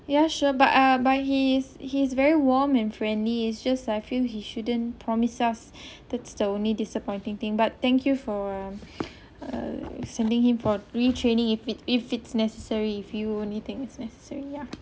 ya sure but ah but he is he's very warm and friendly is just I feel he shouldn't promise us that's the only disappointing thing but thank you for um uh sending him for retraining if it if it's necessary if you only think it's necessary ya